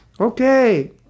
Okay